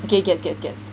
okay gets gets gets